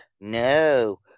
no